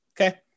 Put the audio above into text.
Okay